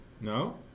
No